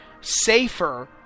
safer